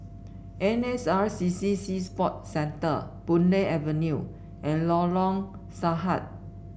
N S R C C Sea Sport Centre Boon Lay Avenue and Lorong Sarhad